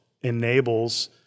enables